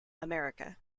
america